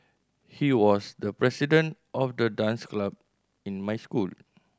he was the president of the dance club in my school